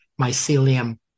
mycelium